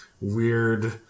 weird